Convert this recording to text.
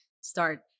start